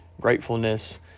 gratefulness